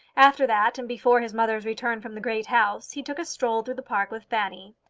after that, and before his mother's return from the great house, he took a stroll through the park with fanny.